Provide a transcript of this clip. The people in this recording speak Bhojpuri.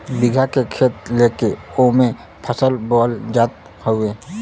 बीघा के खेत लेके ओमे फसल बोअल जात हौ